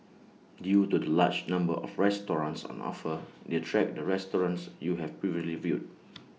due to the large number of restaurants on offer they track the restaurants you have previously viewed